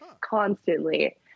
constantly